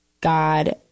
God